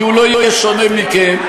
כי הוא לא יהיה שונה מכם,